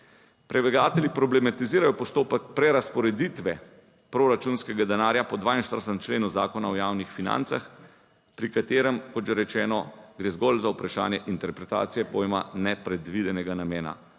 Predlagatelji problematizirajo postopek prerazporeditve proračunskega denarja po 42. členu Zakona o javnih financah, pri katerem, kot že rečeno, gre zgolj za vprašanje interpretacije pojma nepredvidenega namena,